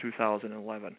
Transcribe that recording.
2011